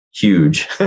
huge